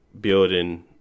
building